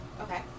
Okay